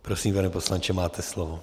Prosím, pane poslanče, máte slovo.